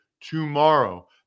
tomorrow